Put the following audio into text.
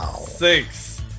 six